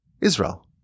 Israel